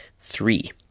Three